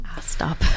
Stop